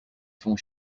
font